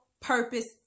purpose